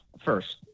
first